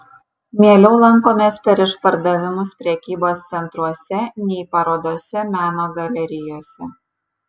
mieliau lankomės per išpardavimus prekybos centruose nei parodose meno galerijose